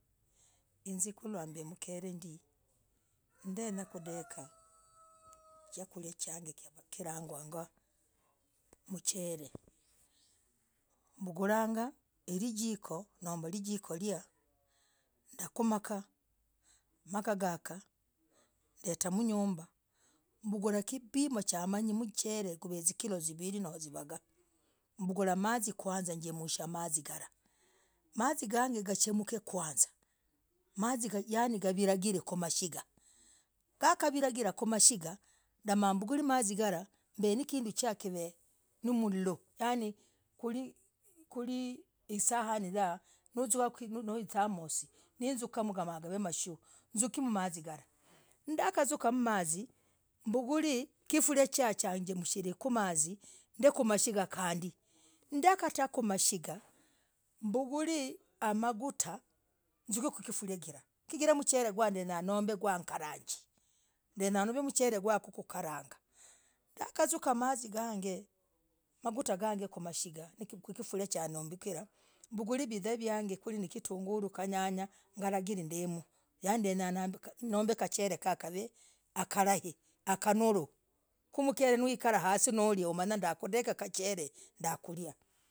Hiziii, kulwamb mkele ndii, ndenyaah. kudekah. chakuriah, chang kavah. kiragwagwa. mchel mbugulah. gaah. rijiko. mbio. rijikoriah, ndakuu, nakaa. makaa. gaka. ndeta mnyumbah, mbugulah. chipimoh. chamanyii zikillo, zivirii. ama, gavagah, mbugulah. mazii. kwanzah. njemshaa. mazii. galah!. mazii, gage gachek kwanzaa. mazii. Yani. gavigariw. gumashiga. kakaviragirakushigaah. ndekah. vugule mazii. galah mb nanduu chaah yan isahani yahaa. nizuka gagavemashuu. zukemmazii, galah. nakazukem, mazii mbuguleh, kifuria chaah mbik mangutaa chigirah kifuria chaah nenyanombe, mchel gwah kukarangah, nagazuka mazii mbuguleh zinyanya nikarage vulai.